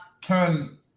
turn